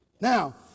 Now